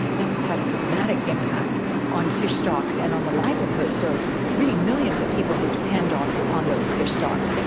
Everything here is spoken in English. this has had a dramatic impact on fish stocks and on the livelihoods of really millions of people who depend on on those fish stocks.